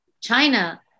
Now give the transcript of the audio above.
China